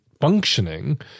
functioning